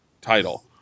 title